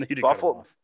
Buffalo